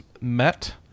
met